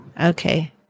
Okay